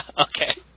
Okay